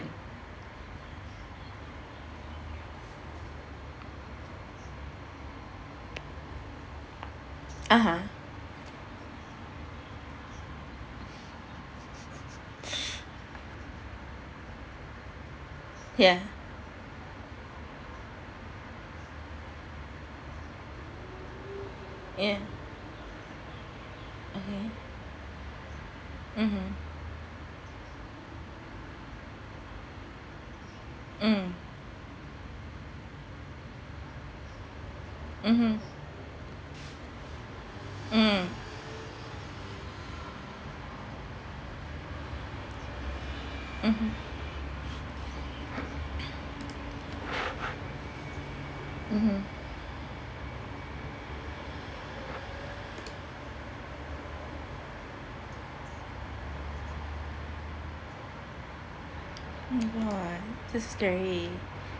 (uh huh) ya ya mmhmm mmhmm mm mmhmm mm mmhmm mmhmm oh my god so scary